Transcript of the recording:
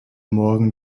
morgen